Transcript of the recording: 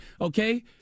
okay